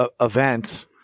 event